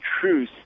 truth